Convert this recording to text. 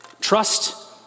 Trust